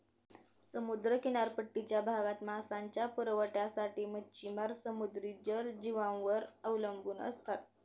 समुद्र किनारपट्टीच्या भागात मांसाच्या पुरवठ्यासाठी मच्छिमार समुद्री जलजीवांवर अवलंबून असतात